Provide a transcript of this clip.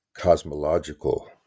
cosmological